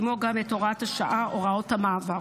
ועימו גם את הוראת השעה ואת הוראות המעבר.